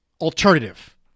alternative